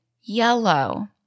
yellow